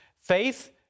Faith